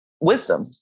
wisdom